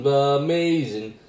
amazing